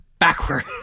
Backward